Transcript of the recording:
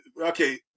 okay